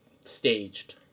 staged